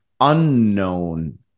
unknown